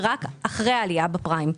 ורק אחרי העלייה בפריים.